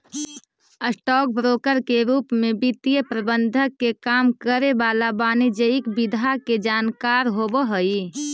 stock broker के रूप में वित्तीय प्रबंधन के काम करे वाला वाणिज्यिक विधा के जानकार होवऽ हइ